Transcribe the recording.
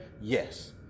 yes